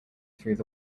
through